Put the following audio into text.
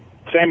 Sammy